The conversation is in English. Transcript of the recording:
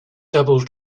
double